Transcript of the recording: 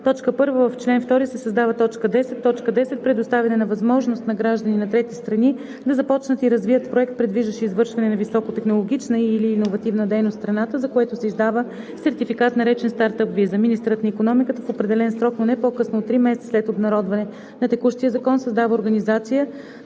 1. В чл. 2 се създава т.10: „10. Предоставяне на възможност на граждани на трети страни да започнат и развият проект, предвиждащ извършване на високотехнологична и/или иновативна дейност в страната, за което се издава сертификат, наречен „Стартъп виза“. Министърът на икономиката в определен срок, но не по-късно от три месеца след обнародване на текущия закон създава организация/условия